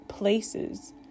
places